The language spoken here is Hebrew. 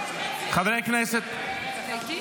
חבר כנסת אחד של יש עתיד,